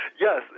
Yes